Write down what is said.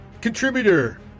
contributor